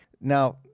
Now